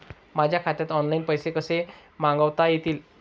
माझ्या खात्यात ऑनलाइन पैसे कसे मागवता येतील?